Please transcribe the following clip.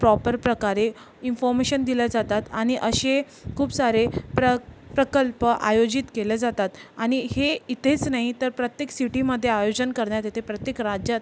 proper प्रकारे information दिल्या जातात आणि असे खूप सारे प्र प्रकल्प आयोजित केले जातात आणि हे इथेच नाही तर प्रत्येक सिटीमध्ये आयोजन करण्यात येते प्रत्येक राज्यात